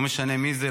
לא משנה מי זה,